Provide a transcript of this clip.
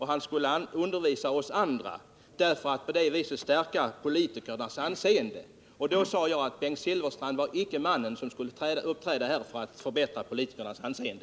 Han skulle undervisa oss andra för att på det viset stärka politikernas anseende. Då sade jag att Bengt Silfverstrand icke var den rätte mannen att uppträda här för att förbättra politikernas anseende.